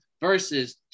versus